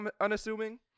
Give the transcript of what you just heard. unassuming